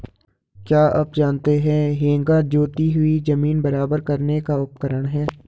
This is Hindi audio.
क्या आप जानते है हेंगा जोती हुई ज़मीन बराबर करने का उपकरण है?